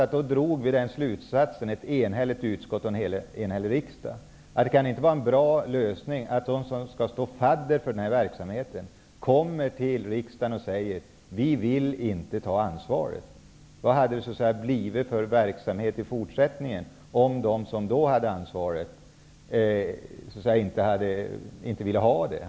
Ett enigt utskott och en enig riksdag drog då slutsatsen att det inte kan vara en bra lösning att de som skall stå fadder för verksamheten kommer till riksdagen och säger att de inte vill ta ansvaret. Vad skulle det ha blivit för verksamhet i fortsättningen om de som då hade ansvaret inte ville ha det?